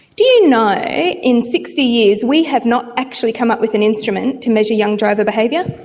do you know, in sixty years we have not actually come up with an instrument to measure young driver behaviour?